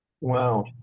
Wow